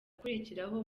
akurikiraho